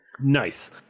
nice